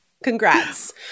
Congrats